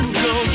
go